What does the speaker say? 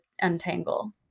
untangle